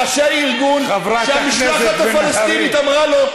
ראשי ארגון שהמשלחת הפלסטינית אמרה לו: